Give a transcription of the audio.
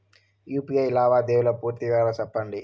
UPI లావాదేవీల పూర్తి వివరాలు సెప్పండి?